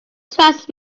trust